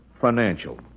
financial